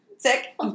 sick